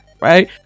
right